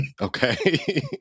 Okay